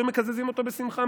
היו מקזזים אותו בשמחה.